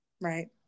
right